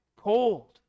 cold